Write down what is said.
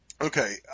Okay